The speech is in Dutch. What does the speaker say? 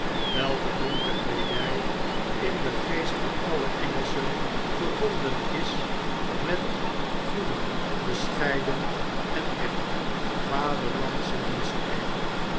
welke bonte kleedy in den geest van alle engelschen verbonden is met goeden bescheiden en echt vaderlandschen